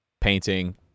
painting